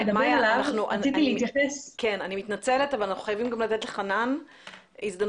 אני מתנצלת אבל אנחנו חייבים לתת גם לחנן הזדמנות.